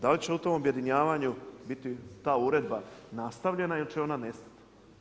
Da li će u tom objedinjavanju biti ta uredba nastavljena ili će ona nestati.